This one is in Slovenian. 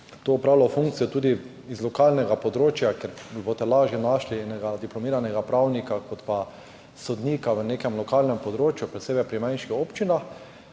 lahko opravljal to funkcijo tudi z lokalnega področja, ker boste lažje našli enega diplomiranega pravnika kot pa sodnika na nekem lokalnem področju, posebej pri manjših občinah.